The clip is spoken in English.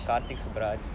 karthik subaraj